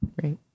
Great